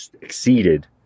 exceeded